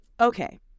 Okay